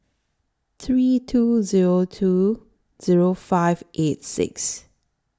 three two Zero two Zero five eight six